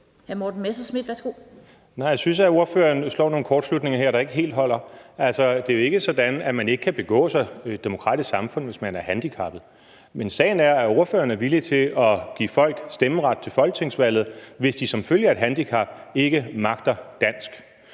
Jeg synes, at ordføreren laver nogle kortslutninger her, der ikke helt holder. Det er jo ikke sådan, at man ikke kan begå sig i et demokratisk samfund, hvis man er handicappet. Men sagen er, at ordføreren er villig til at give folk stemmeret til folketingsvalget, hvis de som følge af et handicap ikke magter dansk.